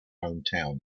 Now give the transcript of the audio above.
hometown